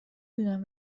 دونم